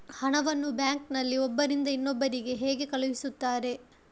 ಹಣವನ್ನು ಬ್ಯಾಂಕ್ ನಲ್ಲಿ ಒಬ್ಬರಿಂದ ಇನ್ನೊಬ್ಬರಿಗೆ ಹೇಗೆ ಕಳುಹಿಸುತ್ತಾರೆ?